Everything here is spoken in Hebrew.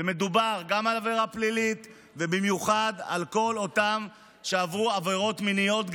מדובר גם על עבירה פלילית ובמיוחד על כל אותם שעברו עבירות מיניות,